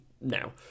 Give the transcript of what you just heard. now